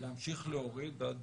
להמשיך להוריד עד